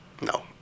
No